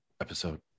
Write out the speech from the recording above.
episode